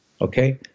Okay